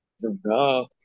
No